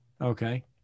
Okay